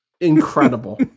Incredible